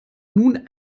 nun